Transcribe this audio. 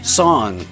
song